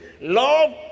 love